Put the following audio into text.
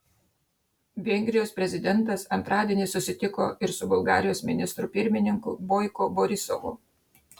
vengrijos prezidentas antradienį susitiko ir su bulgarijos ministru pirmininku boiko borisovu